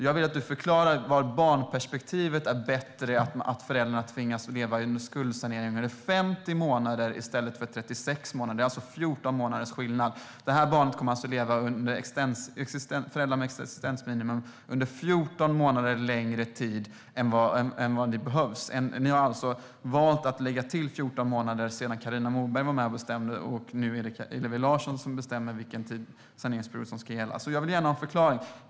Jag vill att du förklarar hur barnperspektivet blir bättre när föräldrar tvingas att leva med skuldsanering under 50 månader i stället för 36 månader. Det är 14 månaders skillnad. Barn kommer alltså att leva 14 månader längre med föräldrarnas existensminimum än vad som behövs. Ni har valt att lägga till 14 månader sedan Carina Moberg var med och bestämde. Nu är det Hillevi Larsson som bestämmer vilken saneringsperiod som ska gälla. Jag vill gärna ha en förklaring.